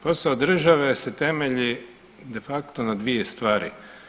Posao države se temelji de facto na dvije stvari.